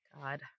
God